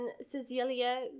Cecilia